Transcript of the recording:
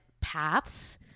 paths